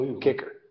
kicker